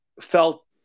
felt